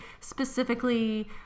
specifically